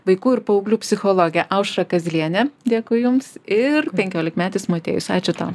vaikų ir paauglių psichologė aušra kazlienė dėkui jums ir penkiolikmetis motiejus ačiū tau